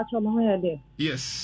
Yes